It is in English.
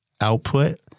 output